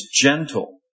gentle